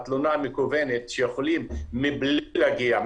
התלונה המקוונת שיכולים מבלי להגיע,